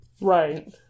right